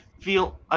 feel